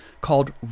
called